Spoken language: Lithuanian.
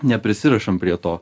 neprisirišam prie to